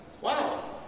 Wow